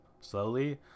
slowly